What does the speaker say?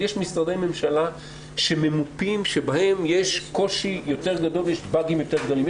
יש משרדי ממשלה שבהם יש קושי יותר גדול ובאגים יותר גדולים.